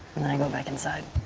and then i go back inside.